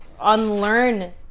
unlearn